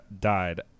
died